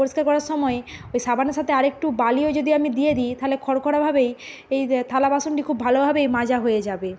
পরিষ্কার করার সময় ওই সাবানের সাথে আরেকটু বালিও যদি আমি দিয়ে দিই থালে খড়খড়াভাবেই এই থালা বাসনটি খুব ভালোভাবেই মাজা হয়ে যাবে